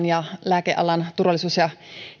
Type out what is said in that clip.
ja lääkealan turvallisuus ja